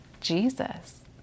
Jesus